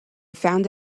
found